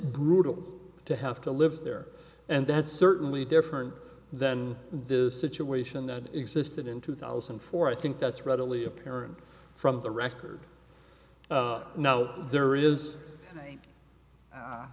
brutal to have to live there and that's certainly different than the situation that existed in two thousand and four i think that's readily apparent from the record now there is a